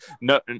no